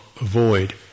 avoid